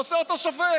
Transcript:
עושה אותו שופט.